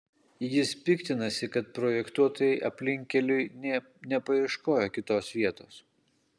jis piktinasi kad projektuotojai aplinkkeliui nė nepaieškojo kitos vietos